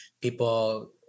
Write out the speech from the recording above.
people